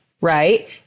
right